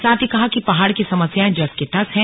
साथ ही कहा कि पहाड़ की समस्याएं जस की तस हैं